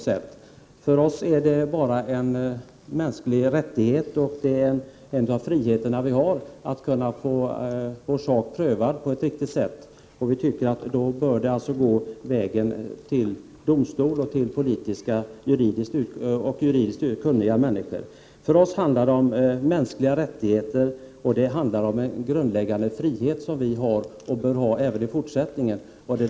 Herr talman! Jag tycker inte att detta har med styrningseffekt att göra. För oss är det en mänsklig rättighet och en frihet att få sin sak prövad på ett riktigt sätt, alltså i domstol med politiskt och juridiskt kunniga människor. För oss handlar det om mänskliga rättigheter och om en grundläggande frihet som vi bör ha även i fortsättningen.